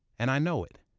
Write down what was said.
and i know it.